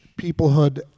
peoplehood